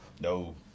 no